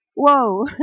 Whoa